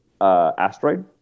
asteroid